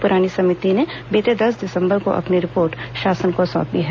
पुरानी समिति ने बीते दस दिसंबर को अपनी रिपोर्ट शासन को सौंपी है